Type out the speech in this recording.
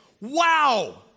Wow